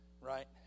right